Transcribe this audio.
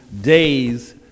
days